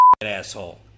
asshole